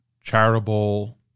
charitable